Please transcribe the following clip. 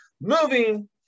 moving